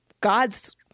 God's